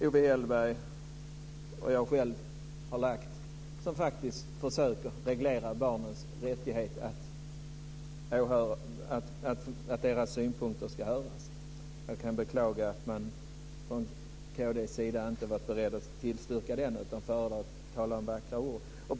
Owe Hellberg och jag själv har i reservation 4 faktiskt försökt gå in på en reglering av barnens rätt att få sina synpunkter hörda. Jag beklagar att man från kd:s sida inte har varit beredd att tillstyrka den utan föredragit att använda vackra ord.